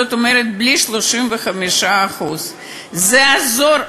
זאת אומרת, בלי 35%. זה יעזור.